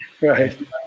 Right